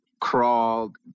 crawled